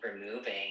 removing